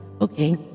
okay